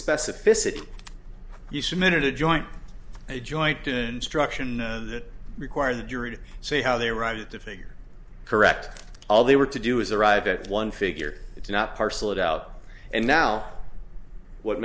specificity you submitted a joint a joint instruction that requires the jury to say how they arrived to figure correct all they were to do is arrive at one figure it's not parcel it out and now what